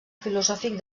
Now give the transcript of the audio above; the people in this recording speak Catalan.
filosòfic